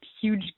huge